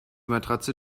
matratze